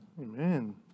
Amen